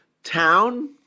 Town